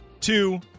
two